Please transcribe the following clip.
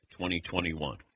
2021